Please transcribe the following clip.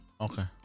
Okay